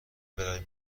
بروی